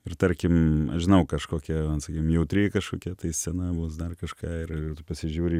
ir tarkim žinau kažkokie sakykim jautri kažkokia tai scena bus dar kažką ir pasižiūri